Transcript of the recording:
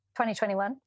2021